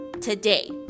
today